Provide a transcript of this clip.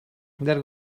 there